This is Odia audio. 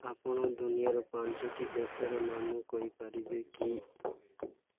ଆପଣ ଦୁନିଆର ପାଞ୍ଚଟି ଦେଶର ନାମ କହିପାରିବେ କି